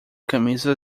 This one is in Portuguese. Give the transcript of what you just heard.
camisa